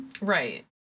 Right